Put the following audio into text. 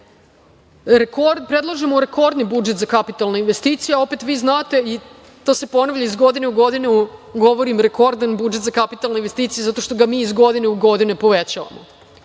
Predlažemo rekordni budžet za kapitalne investicije opet, vi znate, i to se ponavlja iz godine u godinu, govorim rekordni budžet za kapitalne investicije zato što ga mi iz godine u godinu povećavamo.